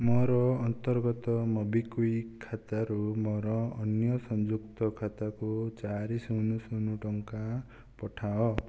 ମୋର ଅନ୍ତର୍ଗତ ମୋବିକ୍ଵିକ୍ ଖାତାରୁ ମୋର ଅନ୍ୟ ସଂଯୁକ୍ତ ଖାତାକୁ ଚାରି ଶୂନ ଶୂନ ଟଙ୍କା ପଠାଅ